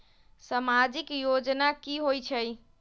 समाजिक योजना की होई छई?